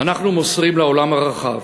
אנחנו מוסרים לעולם הרחב,